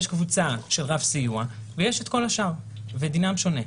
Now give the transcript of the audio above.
יש קבוצה של רף סיוע ויש את כל השאר ודינם שונה.